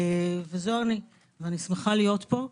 אני שמחה להיות פה.